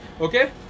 okay